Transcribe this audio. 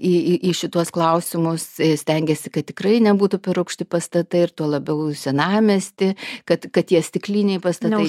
į į į šituos klausimus stengėsi kad tikrai nebūtų per aukšti pastatai ir tuo labiau senamiesty kad kad tie stikliniai pastatai